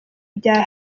bya